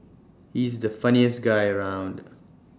he's the funniest guy around